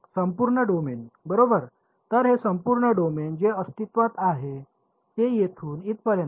संपूर्ण डोमेन बरोबर तर हे संपूर्ण डोमेन जे अस्तित्त्वात आहे ते येथून इथपर्यंत